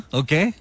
okay